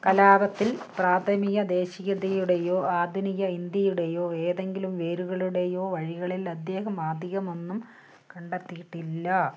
കലാപത്തിൽ പ്രാഥമിക ദേശീയതയുടെയൊ ആധുനിക ഇൻഡ്യയുടെയൊ ഏതെങ്കിലും വേരുകളുടെയൊ വഴികളിൽ അദ്ദേഹം അധികമൊന്നും കണ്ടെത്തിയില്ല